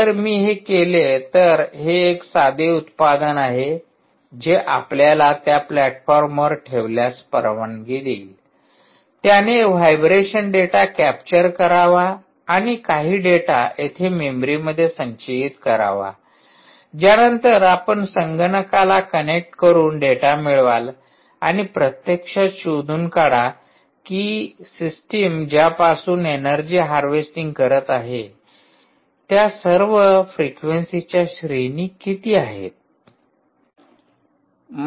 जर मी हे केले तर हे एक साधे उत्पादन आहे जे आपल्याला त्या प्लॅटफॉर्मवर ठेवल्यास परवानगी देईल त्याने व्हायब्रेशन डेटा कॅप्चर करावा आणि काही डेटा येथे मेमरी मध्ये संचयित करावा ज्यानंतर आपण संगणकाला कनेक्ट करून डेटा मिळवाल आणि प्रत्यक्षात शोधून काढा कि सिस्टम ज्यापासून ऐनर्जी हार्वेस्टिंग करीत आहे त्या सर्व फ्रेक्वेन्सीच्या श्रेणी किती आहेत